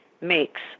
makes